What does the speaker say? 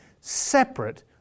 separate